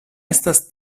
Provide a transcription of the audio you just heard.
estas